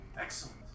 Excellent